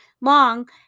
long